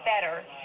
better